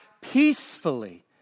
peacefully